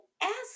ask